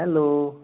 hello